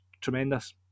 tremendous